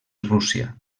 rússia